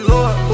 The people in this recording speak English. Lord